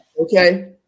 Okay